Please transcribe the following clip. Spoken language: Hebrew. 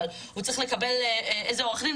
אבל הוא צריך לקבל איזה עורך דין?